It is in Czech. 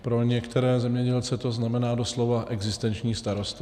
Pro některé zemědělce to znamená doslova existenční starosti.